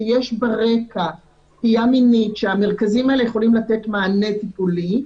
אם יש ברקע סטייה מינית שהמרכזים האלה יכולים לתת מענה טיפולי,